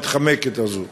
המתחמקת הזו,